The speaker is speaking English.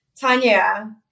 Tanya